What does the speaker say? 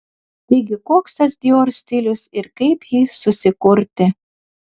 taigi koks tas dior stilius ir kaip jį susikurti